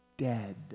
dead